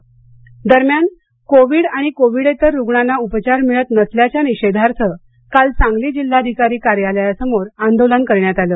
आंदोलन दरम्यान कोविड आणि कोविडेतर रुग्णांना उपचार मिळत नसल्याच्या निषेधार्थ काल सांगली जिल्हाधिकारी कार्यालयासमोर आंदोलन करण्यात आलं